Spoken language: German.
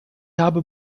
habe